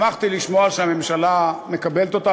שמחתי לשמוע שהממשלה מקבלת אותה,